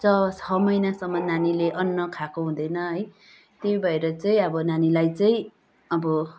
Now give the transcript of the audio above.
छ महिनासम्म नानीले अन्न खाएको हुँदैन है त्यही भएर चाहिँ अब नानीलाई चाहिँ अब